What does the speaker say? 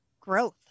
growth